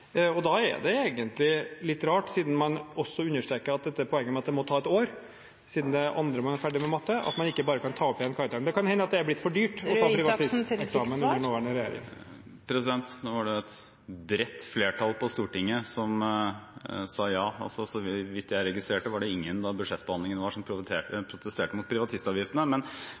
dette. Da er det egentlig litt rart, siden man også understreker poenget med at det må ta et år, når det er i andre man er ferdig med matte, at man ikke bare kan ta opp igjen karakteren. Men det kan hende at det har blitt for dyrt å ta privatisteksamen under nåværende regjering. Nå var det et bredt flertall på Stortinget som sa ja, og så vidt jeg registrerte, var det ingen da budsjettbehandlingen var, som